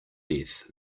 death